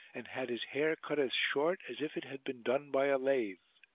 and had his hair cut as short as if it had been done by a lathe.